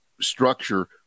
structure